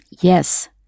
yes